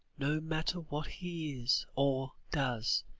no matter what he is, or does,